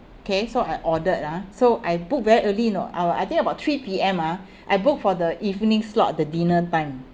okay so I ordered ah so I book very early you know I I think about three P_M ah I book for the evening slot the dinner time